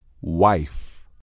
Wife